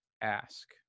Ask